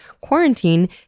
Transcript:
Quarantine